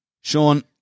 Sean